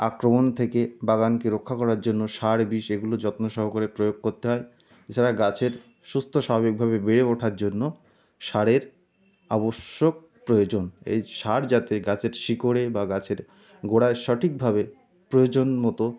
আক্রমণ থেকে বাগানকে রক্ষা করার জন্য সার বিষ এগুলো যত্ন সহকারে প্রয়োগ করতে হয় এছাড়া গাছের সুস্থ স্বাভাবিকভাবে বেড়ে ওঠার জন্য সারের আবশ্যক প্রয়োজন এই সার যাতে গাছের শিকড়ে বা গাছের গোড়ায় সঠিকভাবে প্রয়োজন মতো